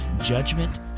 judgment